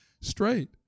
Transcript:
straight